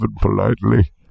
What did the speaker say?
politely